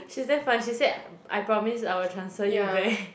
she's damn funny she said I promise I will transfer you back